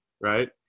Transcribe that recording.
right